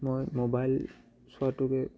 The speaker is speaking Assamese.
মই মোবাইল চোৱাটোকে